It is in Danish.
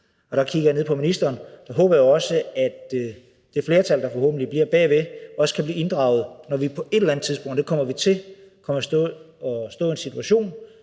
og der kigger jeg ned på ministeren – at det flertal, der forhåbentlig bliver bag det, også kan blive inddraget, når vi på et eller andet tidspunkt kommer til, og det kommer vi til, at stå i en situation,